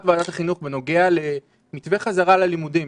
ועדת החינוך בנוגע למתווה חזרה ללימודים,